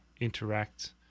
interact